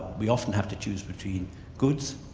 we often have to choose between goods,